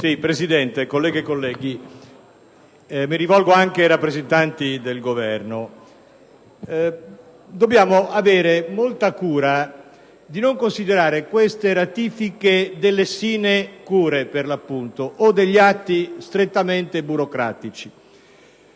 Presidente, colleghe e colleghi, rappresentanti del Governo, dobbiamo avere molta cura di non considerare queste ratifiche delle sinecure, per l'appunto, o degli atti strettamente burocratici.